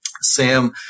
Sam